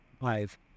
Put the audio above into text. five